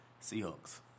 Seahawks